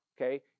okay